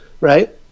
right